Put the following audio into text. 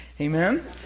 Amen